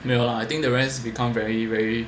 没有 lah I think the rest become very very